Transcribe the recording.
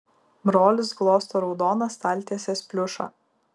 brolis glosto raudoną staltiesės pliušą